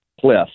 cliff